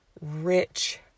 rich